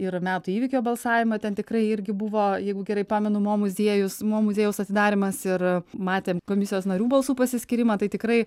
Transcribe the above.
ir metų įvykio balsavimą ten tikrai irgi buvo jeigu gerai pamenu mo muziejus mo muziejaus atidarymas ir matėm komisijos narių balsų pasiskyrimą tai tikrai